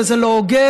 וזה לא הוגן,